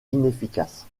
inefficace